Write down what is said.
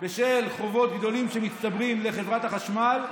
ובשל חובות גדולים שמצטברים לחברת החשמל.